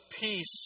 peace